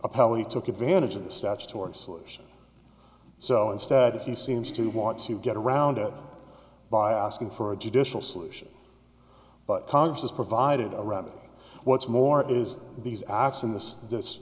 appellee took advantage of the statutory solution so instead he seems to want to get around it by asking for a judicial solution but congress has provided a remedy what's more is that these acts in this this